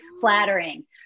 flattering